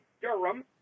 Durham